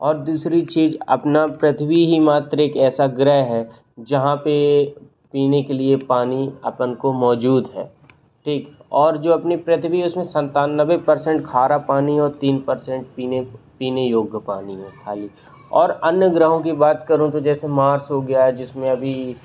और दूसरी चीज अपना पृथ्वी ही मात्र एक ऐसा ग्रह है जहाँ पे पीने के लिए पानी अपन को मौजूद है ठीक और जो अपनी पृथ्वी है उसमें सत्तानवे पर्सेंट खारा पानी और तीन पर्सेंट पीने पीने योग्य पानी है खाली और अन्य ग्रहों की बात करूँ तो जैसे मार्स हो गया है जिसमें अभी